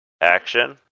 action